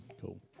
Cool